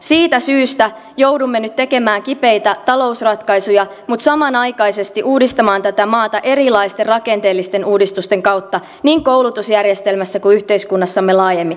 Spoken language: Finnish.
siitä syystä joudumme nyt tekemään kipeitä talousratkaisuja mutta samanaikaisesti uudistamaan tätä maata erilaisten rakenteellisten uudistusten kautta niin koulutusjärjestelmässä kuin yhteiskunnassamme laajemmin